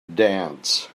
dance